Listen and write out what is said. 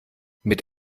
mit